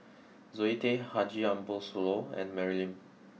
Zoe Tay Haji Ambo Sooloh and Mary Lim